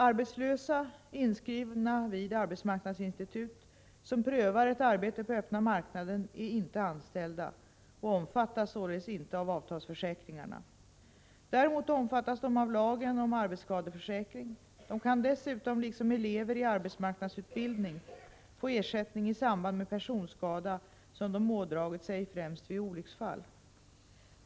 Arbetslösa inskrivna vid arbetsmarknadsinstitut som prövar ett arbete på öppna marknaden är inte anställda och omfattas således inte av avtalsförsäkringarna. Däremot omfattas de av lagen om arbetsskadeförsäkring. De kan dessutom — liksom elever i arbetsmarknadsutbildning — få ersättning i samband med personskada som de ådragit sig främst vid olycksfall.